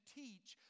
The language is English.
teach